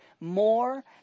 more